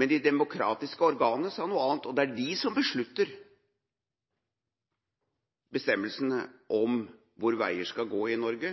men de demokratiske organene sa noe annet, og i henhold til det etablerte lovverket er det de som beslutter hvor veier skal gå i Norge.